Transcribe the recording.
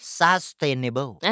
sustainable